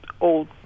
old